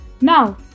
Now